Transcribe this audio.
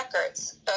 records